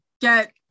get